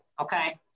okay